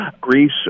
Greece